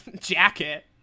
jacket